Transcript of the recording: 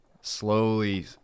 slowly